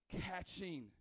catching